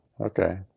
okay